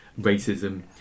racism